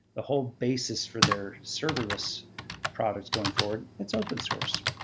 the whole basis for their serverless products going forward, that's open source.